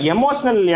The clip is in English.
Emotional